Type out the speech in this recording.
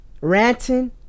ranting